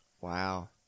Wow